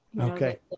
Okay